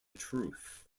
truth